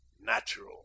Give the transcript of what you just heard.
natural